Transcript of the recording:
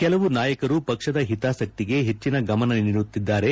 ಕೆಲವು ನಾಯಕರು ಪಕ್ಷದ ಹಿತಾಸಕ್ತಿಗೆ ಹೆಚ್ಚಿನ ಗಮನ ನೀಡುತ್ತಿದ್ದಾರೆ